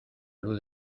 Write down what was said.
luz